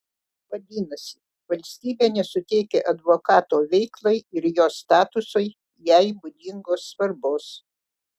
vadinasi valstybė nesuteikia advokato veiklai ir jo statusui jai būdingos svarbos